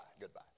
Goodbye